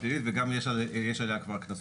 אם היית יודע שאדם שקונה את זה,